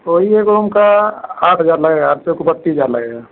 तो वही एक रूम का आठ हज़ार लगेगा आठ चौके बत्तीस हज़ार लगेगा